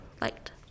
liked